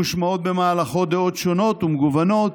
מושמעות במהלכו דעות ושונות ומגוונות,